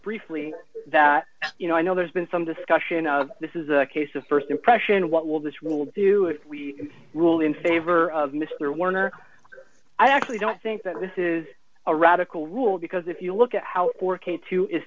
briefly that you know i know there's been some discussion of this is a case of st impression what will this rule do if we rule in favor of mr warner i actually don't think that this is a radical rule because if you look at how